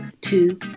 Two